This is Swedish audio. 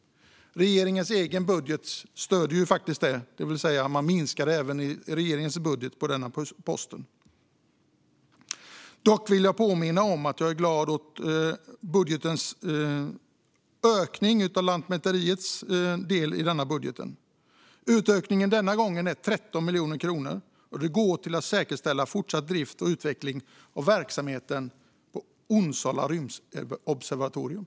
Regeringens egen budget stöder faktiskt detta, det vill säga att man även där minskar denna post. Dock vill jag påminna om att jag är glad åt ökningen av Lantmäteriets del i budgeten. Utökningen denna gång är 13 miljoner kronor och går till att säkerställa fortsatt drift och utveckling av verksamheten vid Onsala rymdobservatorium.